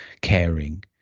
caring